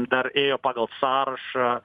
dar ėjo pagal sąrašą